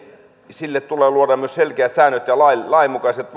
sille tulee luoda myös selkeät säännöt ja lainmukaiset